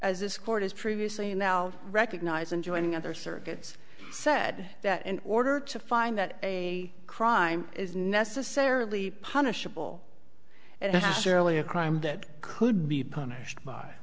as this court has previously now recognize and joining other circuits said that in order to find that a crime is necessarily punishable and that surely a crime that could be punished by